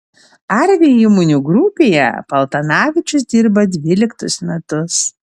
arvi įmonių grupėje paltanavičius dirba dvyliktus metus